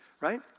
Right